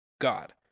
God